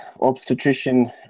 obstetrician